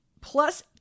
plus